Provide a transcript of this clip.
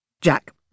Jack